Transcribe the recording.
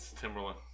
Timberland